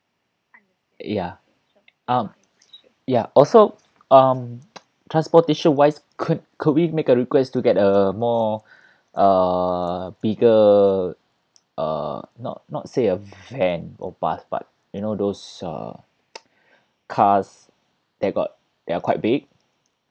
ya um ya also um transportation wise could could we make a request to get a more uh bigger uh not not say a van or bus but you know those uh cars that got that are quite big